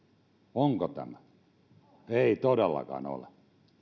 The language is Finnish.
onko tämä ei todellakaan ole